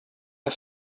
der